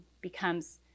becomes